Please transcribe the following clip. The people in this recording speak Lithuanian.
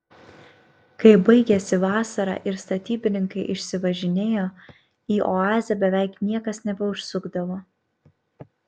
kai baigėsi vasara ir statybininkai išsivažinėjo į oazę beveik niekas nebeužsukdavo